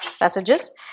passages